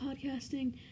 podcasting